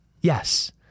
Yes